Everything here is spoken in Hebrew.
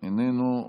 איננו.